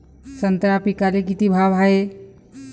संत्रा पिकाले किती भाव हाये?